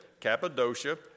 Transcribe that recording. Cappadocia